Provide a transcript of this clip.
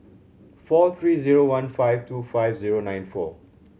four three zero one five two five zero nine four